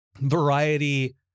variety